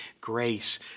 grace